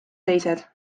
teised